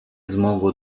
змогу